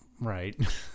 Right